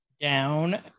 Down